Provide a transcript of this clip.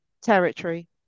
territory